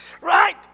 Right